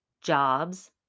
jobs